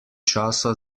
časa